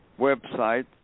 website